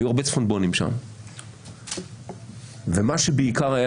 היו הרבה צפונבונים שם ומה שבעיקר היה